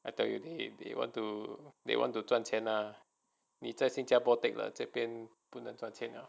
I tell you if they want to they want to 赚钱 ah 你在新加坡 take 了这边不能赚钱了